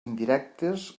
indirectes